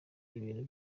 ibintu